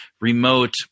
remote